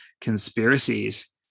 conspiracies